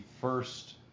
first